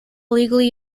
legally